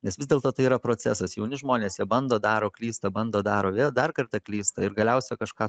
nes vis dėlto tai yra procesas jauni žmonės jie bando daro klysta bando daro vėl dar kartą klysta ir galiausia kažką